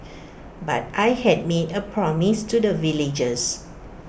but I had made A promise to the villagers